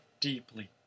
deeply